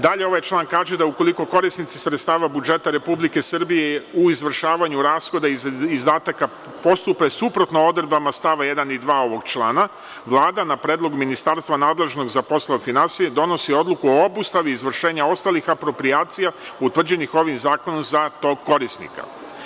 Dalje ovaj član kaže da ukoliko korisnici sredstava budžeta Republike Srbije u izvršavanju rashoda izdataka postupe suprotno odredbama stava 1. i 2. ovog člana, Vlada, na predlog ministarstva nadležnog za poslove finansija, donosi odluku o obustavi izvršenja ostalih aproprijacija utvrđenih ovim zakonom za tog korisnika.